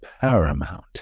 paramount